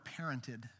parented